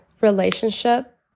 relationship